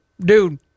dude